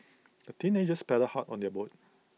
the teenagers paddled hard on their boat